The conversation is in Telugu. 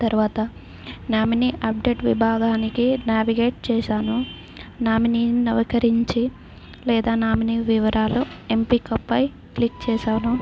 తర్వాత నామినీ అప్డేట్ విభాగానికి నావిగేట్ చేశాను నామినీ నవీకరించి లేదా నామినీ వివరాలు ఎంపిక పై క్లిక్ చేశాను